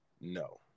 no